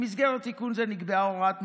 במסגרת תיקון זה נקבעה הוראת מעבר,